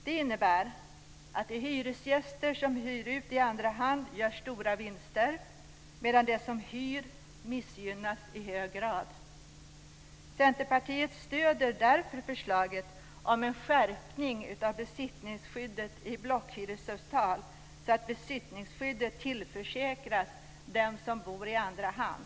Det innebär att de hyresgäster som hyr ut i andra hand gör stora vinster, medan de som hyr missgynnas i hög grad. Centerpartiet stöder därför förslaget om en skärpning av besittningsskyddet i blockhyresavtal, så att besittningsskyddet tillförsäkras den som hyr i andra hand.